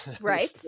Right